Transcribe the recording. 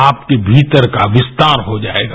आपके भीतर का विस्तार हो जाएगा